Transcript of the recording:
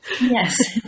Yes